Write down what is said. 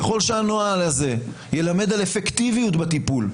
ככל שהנוהל הזה ילמד על אפקטיביות בטיפול,